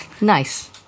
Nice